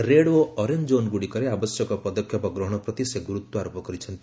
red ଓ orange ଜୋନ୍ଗୁଡ଼ିକରେ ଆବଶ୍ୟକ ପଦକ୍ଷେପ ଗ୍ରହଣ ପ୍ରତି ସେ ଗୁରୁତ୍ୱାରୋପ କରିଛନ୍ତି